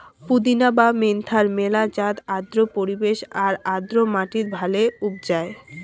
পুদিনা বা মেন্থার মেলা জাত আর্দ্র পরিবেশ আর আর্দ্র মাটিত ভালে উবজায়